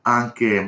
anche